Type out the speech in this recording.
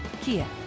Kia